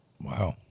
wow